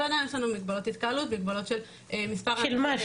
אבל יש לנו מגבלות התקהלות ומגבלות של מספר --- של מה?